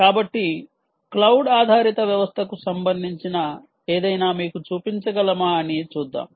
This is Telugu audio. కాబట్టి క్లౌడ్ ఆధారిత వ్యవస్థకు సంబంధించిన ఏదైనా మీకు చూపించగలమా అని చూద్దాం